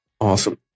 Awesome